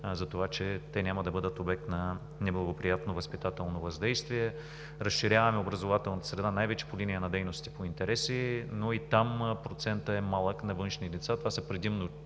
за това, че те няма да бъдат обект на неблагоприятно възпитателно въздействие. Разширяваме образователната среда най-вече по линия на дейностите по интереси, но и там процентът на външните лица е малък. Това са предимно